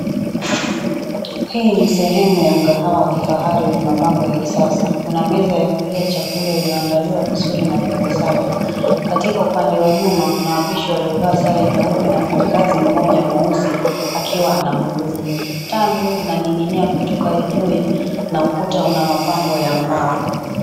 Hii ni sehemu ya mkahawa wa kifahari wenye mapambo ya kisasa. Kuna meza ya kulia chakula iliyoandaliwa vizuri na vyombo safi. Katika upande wa nyuma, kuna wapishi waliovaa sare nyeupe na mfanyakazi mmoja mweusi akiwa anahudumu. Taa nzuri zinaning'inia kutoka juu na ukuta una mapambo ya mbao.